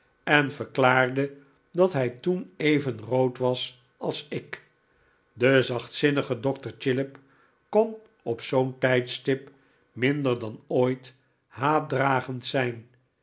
en verklaarde dat hij toen even rood was als ik de zachtzinnige dokter chillip kon op zoo'n tijdstip minder dan ooit haatdragend zijn